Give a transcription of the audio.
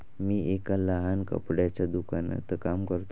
मी एका लहान कपड्याच्या दुकानात काम करतो